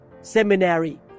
seminary